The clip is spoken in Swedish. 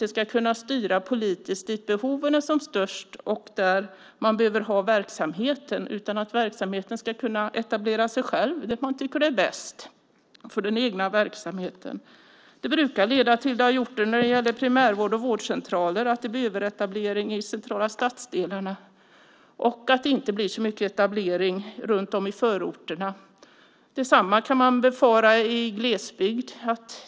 Man ska inte kunna styra politiskt dit behoven är som störst och där verksamheten behövs, utan verksamheten ska kunna etablera sig själv där företagaren tycker att det är bäst för den egna verksamheten. Det brukar leda till - det har gjort det när det gäller primärvård och vårdcentraler - att det blir överetablering i de centrala stadsdelarna och att det inte blir så mycket etablering runt om i förorterna. Detsamma kan man befara i glesbygd.